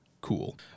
cool